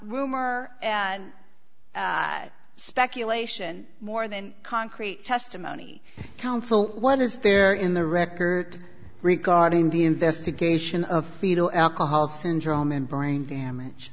rumor and speculation more than concrete testimony council one is there in the record regarding the investigation of fetal alcohol syndrome and brain damage